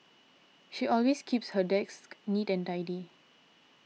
she always keeps her desk neat and tidy